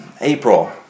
April